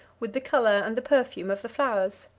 with the color and the perfume of the flowers.